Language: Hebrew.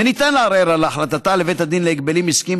וניתן לערער על החלטתה לבית הדין להגבלים עסקיים,